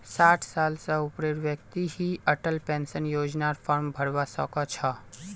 साठ साल स ऊपरेर व्यक्ति ही अटल पेन्शन योजनार फार्म भरवा सक छह